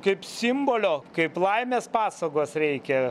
kaip simbolio kaip laimės pasagos reikia